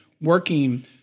working